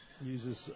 uses